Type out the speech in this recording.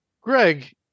Greg